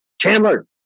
Chandler